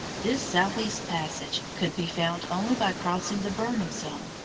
this southeast passage could be found only by crossing the burning zone,